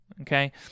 Okay